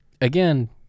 again